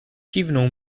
kiwnął